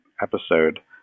episode